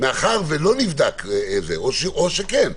מאחר שזה לא נבדק או שכן,